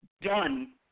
done